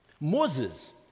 Moses